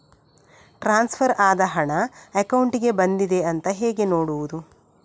Transfer ಆದ ಹಣ ಅಕೌಂಟಿಗೆ ಬಂದಿದೆ ಅಂತ ಹೇಗೆ ನೋಡುವುದು?